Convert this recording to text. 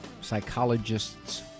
psychologist's